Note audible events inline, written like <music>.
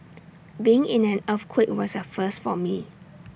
<noise> being in an earthquake was A first for me